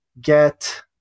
get